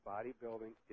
Bodybuilding